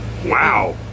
wow